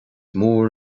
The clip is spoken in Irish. mór